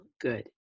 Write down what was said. good